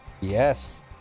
Yes